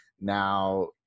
Now